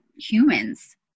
humans